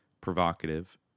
provocative